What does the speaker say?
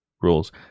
rules